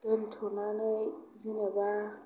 दोन्थ'नानै जेनोबा